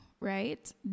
Right